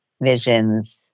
visions